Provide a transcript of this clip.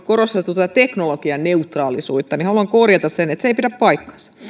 korostettu tätä teknologianeutraalisuutta haluan korjata että se ei pidä paikkaansa